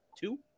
Two